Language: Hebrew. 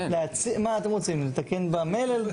מה אתם רוצים, לתקן במלל?